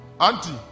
Auntie